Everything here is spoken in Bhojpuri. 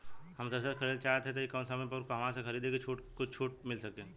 हम थ्रेसर खरीदल चाहत हइं त कवने समय अउर कहवा से खरीदी की कुछ छूट मिल सके?